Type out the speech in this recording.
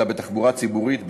אלא בתחבורה ציבורית,